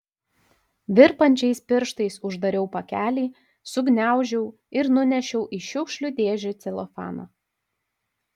virpančiais pirštais uždariau pakelį sugniaužiau ir nunešiau į šiukšlių dėžę celofaną